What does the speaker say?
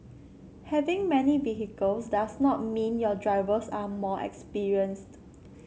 having many vehicles does not mean your drivers are more experienced